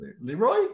Leroy